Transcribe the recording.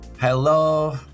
Hello